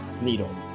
needle